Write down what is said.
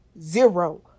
zero